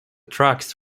tracks